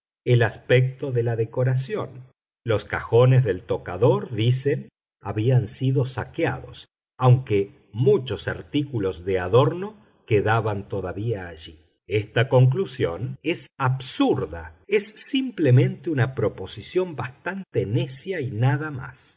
el aspecto de la decoración los cajones del tocador dicen habían sido saqueados aunque muchos artículos de adorno quedaban todavía allí esta conclusión es absurda es simplemente una proposición bastante necia y nada más